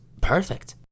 perfect